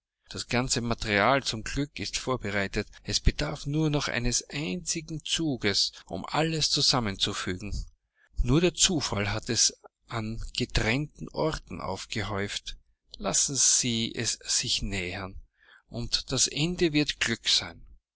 das ganze material zum glück ist vorbereitet es bedarf nur noch eines einzigen zuges um alles zusammenzufügen nur der zufall hat es an getrennten orten aufgehäuft lassen sie es sich nähern und das ende wird glück sein